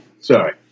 sorry